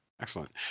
Excellent